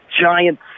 giant